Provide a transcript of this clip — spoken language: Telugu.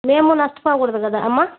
మేము నష్టపోకూడదు కదా అమ్మ